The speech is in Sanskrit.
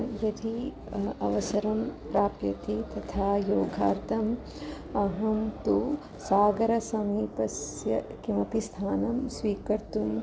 यदि अवसरं प्राप्यते तथा योगार्थम् अहं तु सागरसमीपस्य किमपि स्थानं स्वीकर्तुम्